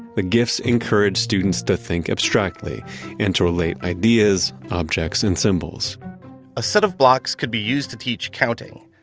the gifts encourage students to think abstractly and to relate ideas, objects, and symbols a set of blocks could be used to teach counting.